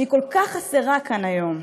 שהיא כל כך חסרה כאן היום.